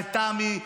לתמי,